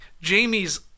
Jamie's